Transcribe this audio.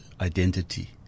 identity